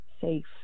safe